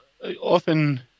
Often